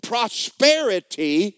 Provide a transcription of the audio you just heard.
Prosperity